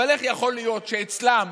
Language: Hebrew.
אבל איך יכול להיות שאצלם